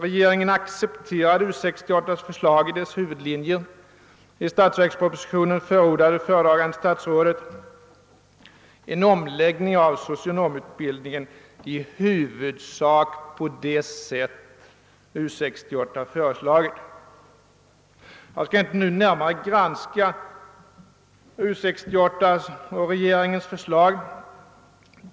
Regeringen accepterade U68:s förslag i dess huvudlinjer, och i statsverkspropositionen = förordade föredragande statsrådet en omläggning av socionomutbildningen i huvudsak på det sätt U 68 föreslagit. Jag skall inte nu närmare granska U 68:s och regeringens förslag.